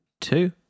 two